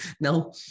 Now